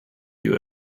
you